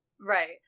Right